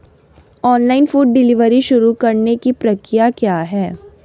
Online food delivery शुरू करने की प्रक्रिया क्या है?